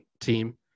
team